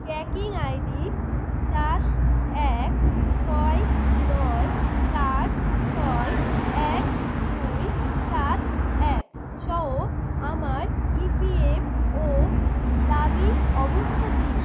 tracking ID সাত এক ছয় নয় চার ছয় এক দুই সাত এক সহ আমার ই পি এফ ও দাবি অবস্থা কী